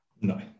No